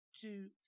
two